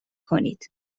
کنید